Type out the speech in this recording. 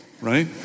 right